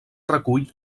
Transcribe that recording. recull